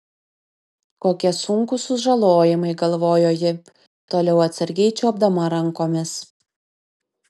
kokie sunkūs sužalojimai galvojo ji toliau atsargiai čiuopdama rankomis